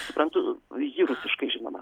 suprantu ji rusiškai žinoma